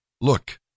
Look